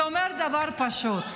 זה דבר פשוט: